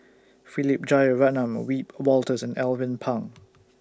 Philip Jeyaretnam Wiebe Wolters and Alvin Pang